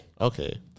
Okay